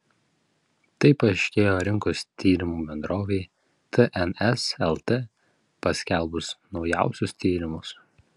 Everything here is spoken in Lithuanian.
tai paaiškėjo rinkos tyrimų bendrovei tns lt paskelbus naujausius tyrimus